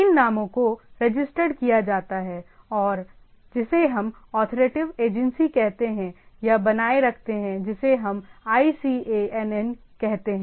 इन नामों को रजिस्टर्ड किया जाता है और जिसे हम अथॉरिटेटिव एजेंसी कहते हैं या बनाए रखते हैं जिसे हम ICANN कहते हैं